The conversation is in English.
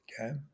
okay